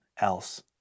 else